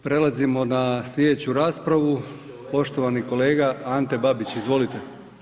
Prelazimo na slijedeću raspravu, poštovani kolega Ante Babić, izvolite.